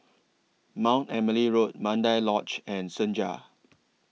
Mount Emily Road Mandai Lodge and Senja